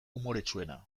umoretsuena